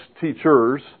teachers